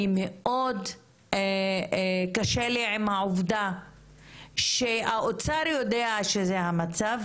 מאוד קשה לי עם העובדה שהאוצר יודע שזה המצב,